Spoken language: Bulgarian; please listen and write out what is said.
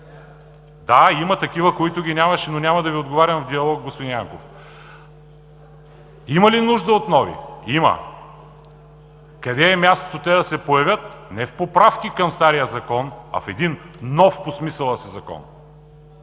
Да, има такива, които ги нямаше, но няма да Ви отговарям в диалог, господин Янков. Има ли нужда от нови? Има. Къде е мястото те да се появят? Не в поправки към стария Закон, а в един нов по смисъла си Закон.